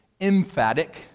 emphatic